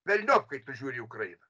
velniop kai tu žiūri į ukrainą